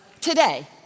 today